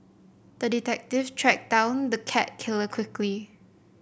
the detective tracked down the cat killer quickly